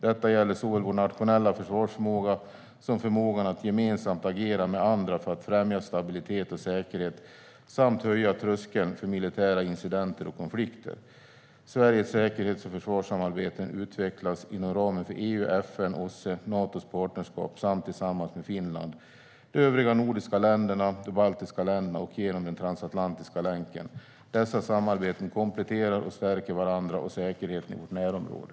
Detta gäller såväl vår nationella försvarsförmåga som förmågan att gemensamt agera med andra för att främja stabilitet och säkerhet samt höja tröskeln för militära incidenter och konflikter. Sveriges säkerhets och försvarssamarbeten utvecklas inom ramen för EU, FN, OSSE, Natos partnerskap samt tillsammans med Finland, de övriga nordiska länderna, de baltiska staterna och genom den transatlantiska länken. Dessa samarbeten kompletterar och stärker varandra och säkerheten i vårt närområde.